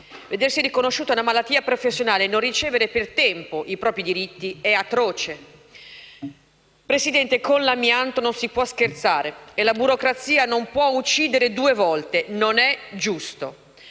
Vedersi riconosciuta una malattia professionale e non ricevere per tempo i propri diritti è atroce. Signora Presidente, con l'amianto non si può scherzare e la burocrazia non può uccidere due volte: non è giusto!